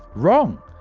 wrong,